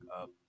up